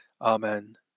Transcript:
Amen